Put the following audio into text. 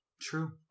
True